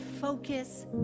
focus